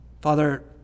Father